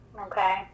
Okay